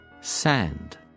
Sand